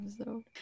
episode